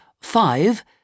five